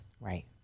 Right